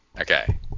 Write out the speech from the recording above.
okay